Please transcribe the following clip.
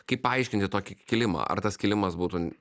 kaip paaiškinti tokį kilimą ar tas kilimas būtų